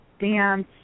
dance